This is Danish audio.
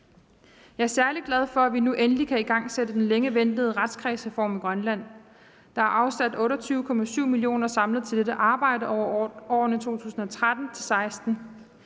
Jeg er særlig glad for, at vi nu endelig kan igangsætte den længe ventede retskredsreform i Grønland. Der er samlet afsat 28,7 mio. kr. til dette arbejde over årene 2013-2016.